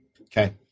Okay